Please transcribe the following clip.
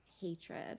hatred